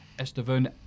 Estevan